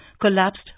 collapsed